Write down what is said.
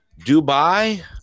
Dubai